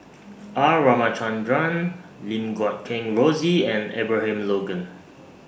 R Ramachandran Lim Guat Kheng Rosie and Abraham Logan